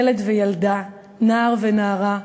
ילד וילדה, נער ונערה,